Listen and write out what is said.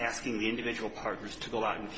asking individual partners to go out and